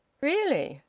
really!